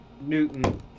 newton